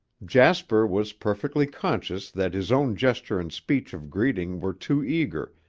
jasper was perfectly conscious that his own gesture and speech of greeting were too eager,